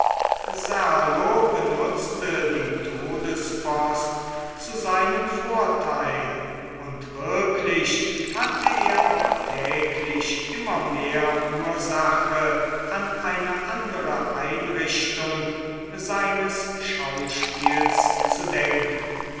benutzte die todespost zu seinem vorteil und wirklich hatte er auch täglich immer mehr ursache an eine andere einrichtung seines schauspiels zu denken